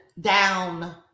down